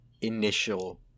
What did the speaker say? initial